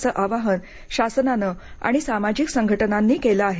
असं आवाहन शासनानं आणि सामाजिक संघटनांनी केलं आहे